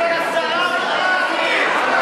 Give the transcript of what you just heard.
אבל השרה אמרה.